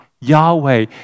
Yahweh